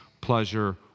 pleasure